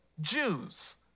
Jews